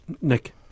Nick